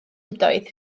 ydoedd